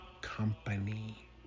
company